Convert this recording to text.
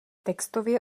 textově